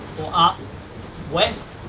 up west,